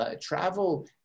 travel